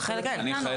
הם חלק מאיתנו,